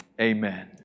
amen